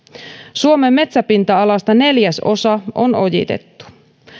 suomen metsäpinta alasta neljäsosa on ojitettu